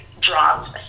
dropped